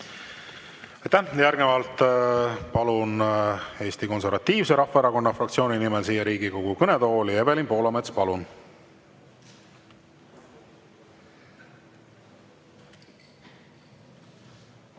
Järgnevalt palun Eesti Konservatiivse Rahvaerakonna fraktsiooni nimel siia Riigikogu kõnetooli Evelin Poolametsa. Palun!